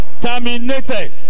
terminated